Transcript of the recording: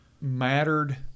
mattered